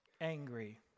angry